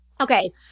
Okay